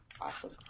Awesome